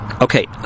Okay